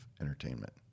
entertainment